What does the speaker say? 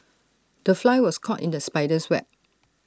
the fly was caught in the spider's web